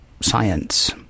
science